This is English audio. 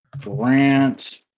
Grant